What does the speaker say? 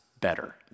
better